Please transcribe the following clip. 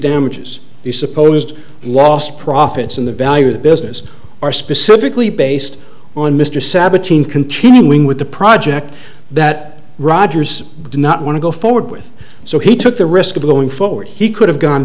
damages the supposed lost profits in the value of the business are specifically based on mr sabatini continuing with the project that rodgers did not want to go forward with so he took the risk of going forward he could have gone